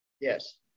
Yes